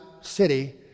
city